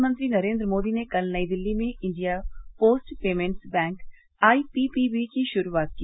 प्रधानमंत्री नरेन्द्र मोदी ने कल नई दिल्ली में India post payments bank IPPB की शुरूआत की